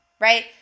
right